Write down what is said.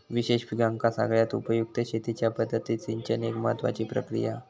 विशेष पिकांका सगळ्यात उपयुक्त शेतीच्या पद्धतीत सिंचन एक महत्त्वाची प्रक्रिया हा